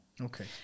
Okay